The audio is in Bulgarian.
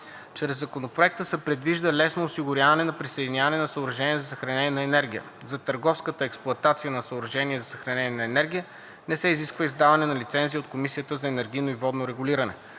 Чрез Законопроекта се предвижда лесно осигуряване на присъединяване на съоръжения за съхранение на енергия. За търговската експлоатация на съоръжения за съхранение на енергия не се изисква издаване на лицензия от Комисията за енергийно и водно регулиране.